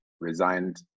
resigned